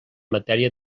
matèria